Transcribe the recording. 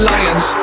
Lions